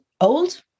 old